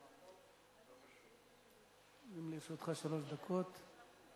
לרשותך שלוש דקות.